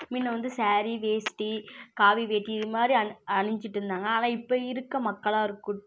முன்ன வந்து சேரீ வேஷ்ட்டி காவி வேட்டி இது மாதிரி அணிஞ் அணிஞ்சிகிட்டு இருந்தாங்க ஆனால் இப்போ இருக்க மக்களாக இருக்கட்டும்